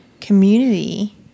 community